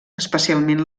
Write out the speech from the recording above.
especialment